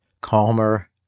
Calmer